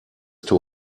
too